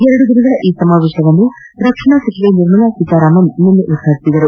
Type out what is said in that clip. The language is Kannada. ಎರಡು ದಿನಗಳ ಈ ಸಮಾವೇಶವನ್ನು ರಕ್ಷಣಾ ಸಚಿವೆ ನಿರ್ಮಲಾ ಸೀತಾರಾಮನ್ ನಿನ್ನೆ ಉದ್ಘಾಟಿಸಿದ್ದರು